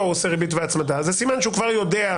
הוא עושה ריבית והצמדה זה סימן שהוא כבר יודע,